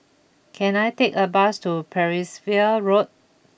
can I take a bus to Percival Road